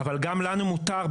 גם לנו מותר,